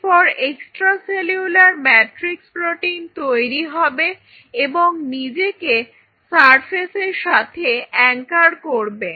এরপর extra cellular matrix protein তৈরি হবে এবং নিজেকে সারফেস এর সাথে অ্যাংকার করবে